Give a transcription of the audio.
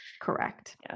Correct